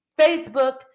Facebook